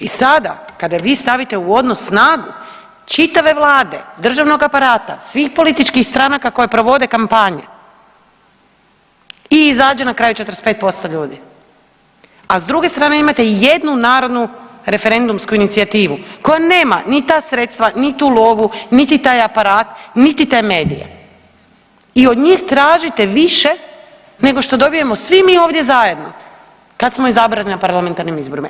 I sada kada vi stavite u odnos snagu čitave Vlade, državnog aparata, svih političkih stranaka koje provode kampanje i izađe na kraju 45% ljudi, a s druge strane, imate jednu narodnu referendumsku inicijativu koja nema ni ta sredstva, ni tu lovu niti taj aparat niti te medije i od njih tražite više nego što dobijemo svi mi ovdje zajedno, kad smo izabrani na parlamentarnim izborima.